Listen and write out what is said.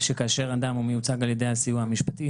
שכאשר אדם מיוצג על ידי הסיוע המשפטי,